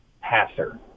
passer